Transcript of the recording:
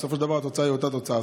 בסופו של דבר התוצאה היא אותה תוצאה,